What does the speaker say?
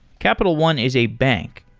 capital one is a bank,